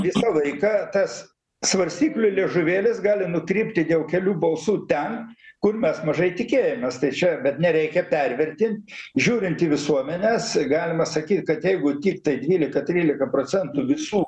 visą laiką tas svarstyklių liežuvėlis gali nukrypti dėl kelių balsų ten kur mes mažai tikėjomės tai čia bet nereikia pervertint žiūrint į visuomenes galima sakyt kad jeigu tiktai dvylika trylika procentų visų